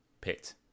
pit